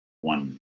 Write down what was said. one